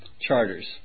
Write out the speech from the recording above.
charters